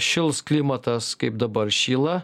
šils klimatas kaip dabar šyla